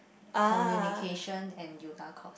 communication and yoga course